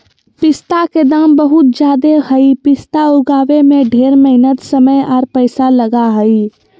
पिस्ता के दाम बहुत ज़्यादे हई पिस्ता उगाबे में ढेर मेहनत समय आर पैसा लगा हई